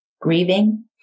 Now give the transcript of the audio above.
grieving